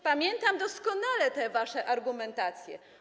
Pamiętam doskonale waszą argumentację.